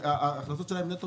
ההכנסות שלהן נטו